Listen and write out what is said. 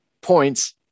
points